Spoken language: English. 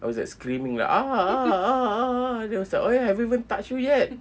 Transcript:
I was like screaming ah ah ah ah then he was like !oi! I haven't even touch you yet